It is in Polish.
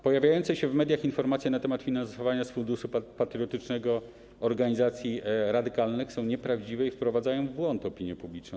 Pojawiające się w mediach informacje na temat finansowania z Funduszu Patriotycznego organizacji radykalnych są nieprawdziwe i wprowadzają w błąd opinię publiczną.